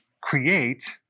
create